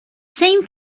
same